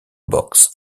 box